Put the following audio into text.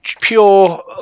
pure